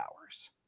hours